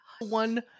One